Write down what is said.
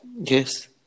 Yes